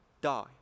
die